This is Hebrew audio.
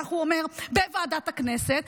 כך הוא אומר בוועדת הכנסת.